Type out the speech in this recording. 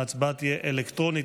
ההצבעה תהיה אלקטרונית.